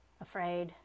afraid